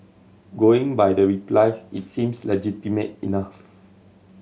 going by the reply its seems legitimate enough